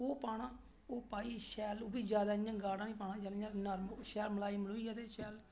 ओह् पाना ओह् पाइयै शेल ओह् बी ज्यादा इयां गाढा नेईं पाना शैल इयां नर्म शैल मलाई मलाइयै ते शैल